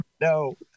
No